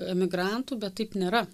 emigrantų bet taip nėra